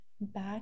back